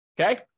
okay